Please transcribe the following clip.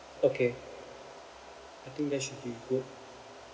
okay I think that should be good